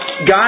God